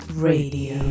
Radio